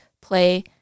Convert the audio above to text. play